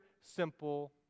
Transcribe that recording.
simple